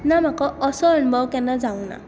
ना म्हाका असो अणभव केन्नाच जावंक ना